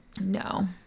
No